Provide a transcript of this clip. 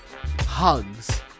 Hugs